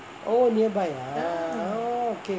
oh nearby lah oh okay